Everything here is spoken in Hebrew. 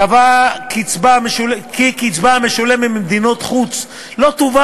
קבע כי קצבה המשולמת ממדינות חוץ לא תובא